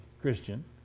Christian